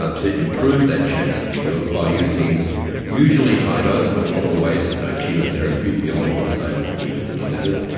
ah to improve that chance of cure by using usually high dose but not always chemotherapy, beyond what is able to be delivered,